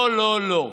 לא, לא, לא.